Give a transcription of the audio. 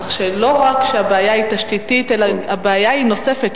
כך שלא רק שהבעיה היא תשתיתית אלא הבעיה היא נוספת,